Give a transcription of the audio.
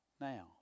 now